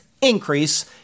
increase